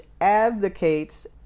advocates